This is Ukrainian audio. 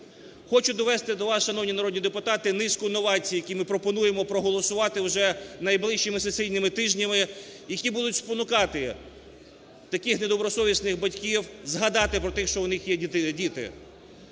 Хочу довести до вас, шановні народні депутати, низку новацій, які ми пропонуємо проголосувати вже найближчими сесійними тижнями, які будуть спонукати таких недобросовісних батьків згадати про те, що у них є діти.